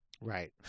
Right